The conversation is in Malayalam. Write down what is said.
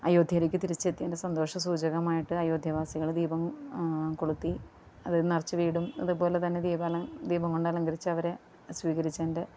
അയോദ്ധ്യയിലേക്ക് തിരിച്ചെത്തിയതിന്റെ സന്തോഷസൂചകമായിട്ട് അയോദ്ധ്യാവാസികള് ദീപം കൊളുത്തി അത് നിറച്ച് വീടും ഇതേപോലെ തന്നെ ദീപാലം ദീപം കൊണ്ടലങ്കരിച്ചവരെ സ്വീകരിച്ചതിന്റെ